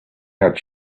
had